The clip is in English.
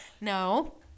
No